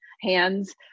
hands